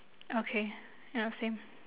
okay ya same